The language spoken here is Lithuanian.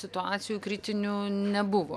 situacijų kritinių nebuvo